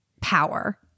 power